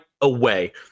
away